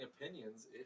opinions